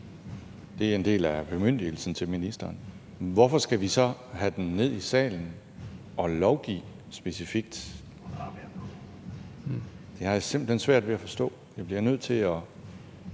det er en del af bemyndigelsen til ministeren – hvorfor skal vi så have det ned i salen og lovgive specifikt? Det har jeg simpelt hen svært ved at forstå. Ministeren bliver nødt til at